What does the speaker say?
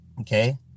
Okay